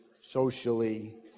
socially